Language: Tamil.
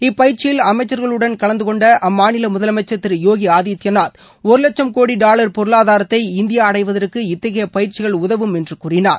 இப்பயிற்சியில் அளமச்சர்களுடன் கலந்து கொண்ட அம்மாநில முதலமைச்சர் திரு யோகி ஆதித்யநாத் ஒரு லட்சம் கோடி டாலர் பொருளாதாரத்தை இந்தியா அடைவதற்கு இத்தகைய பயிற்சிகள் உதவும் என்று கூறினார்